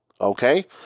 Okay